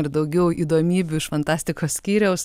ir daugiau įdomybių iš fantastikos skyriaus